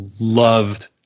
loved